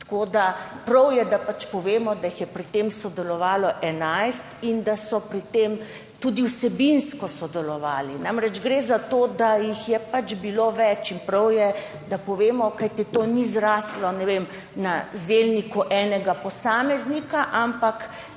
Tako da prav je, da povemo, da jih je pri tem sodelovalo 11 in da so pri tem tudi vsebinsko sodelovali. Namreč, gre za to, da jih je pač bilo več, in prav je, da povemo, kajti to ni zraslo, ne vem, na zeljniku enega posameznika, ampak